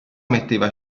metteva